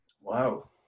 Wow